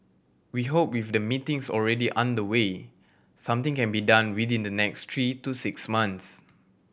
we hope with the meetings already underway something can be done within the next three to six months